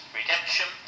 redemption